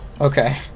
Okay